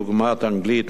דוגמת אנגלית,